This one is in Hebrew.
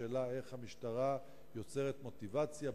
השאלה היא איך המשטרה יוצרת מוטיבציה,